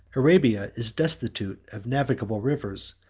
arabia is destitute of navigable rivers,